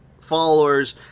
followers